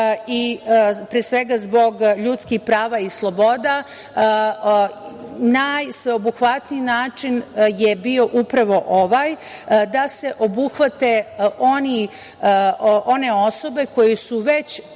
pre svega zbog ljudskih prava i sloboda, najsveobuhvatniji način je bio upravo ovaj, da se obuhvate one osobe koje su već